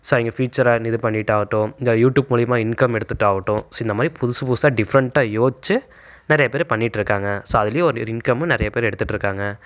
so அவங்க ஃபியூச்சரை இது பண்ணிகிட்டு ஆகட்டும் இந்த யூடியூப் மூலியமாக இன்கம் எடுத்துட்டு ஆகட்டும் ஸோ இந்த மாதிரி புது புதுசாக டிஃபரண்டாக யோசிச்சு நிறைய பேர் பண்ணிகிட்டு இருக்காங்க ஸோ அதுலையும் ஒரு இன்கம்மு நிறைய பேர் எடுத்துகிட்டு இருக்காங்க